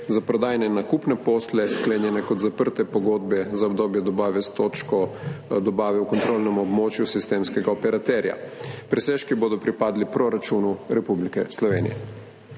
za prodajne nakupne posle sklenjene kot zaprte pogodbe za obdobje dobave s točko dobave v kontrolnem območju sistemskega operaterja. Presežki bodo pripadli proračunu Republike Slovenije.